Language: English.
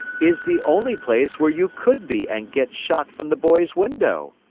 is the only place where you could be and get shot from the boy's window.